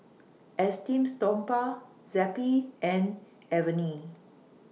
Esteem Stoma Zappy and Avene